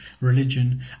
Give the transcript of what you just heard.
religion